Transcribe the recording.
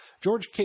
George